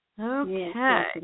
Okay